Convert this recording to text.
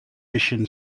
mission